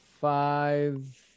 five